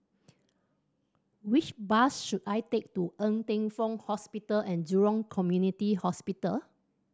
which bus should I take to Ng Teng Fong Hospital And Jurong Community Hospital